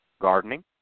gardening